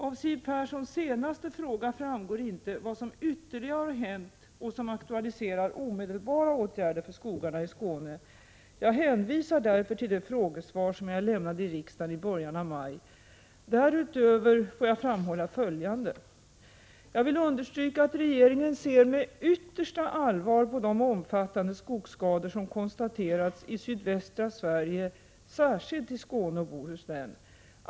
Av Siw Perssons senaste fråga framgår inte vad som ytterligare har hänt och som aktualiserar omedelbara åtgärder för skogarna i Skåne. Jag hänvisar därför till det frågesvar som jag lämnade i riksdagen i början av maj. Därutöver får jag framhålla följande: Jag vill understryka att regeringen ser med yttersta allvar på de omfattande skogsskador som konstaterats i sydvästra Sverige, särskilt i Skåne och Bohuslän.